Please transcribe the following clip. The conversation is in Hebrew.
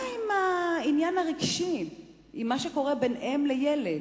מה עם העניין הרגשי, עם מה שקורה בין אם לילד,